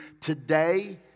today